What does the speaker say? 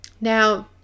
Now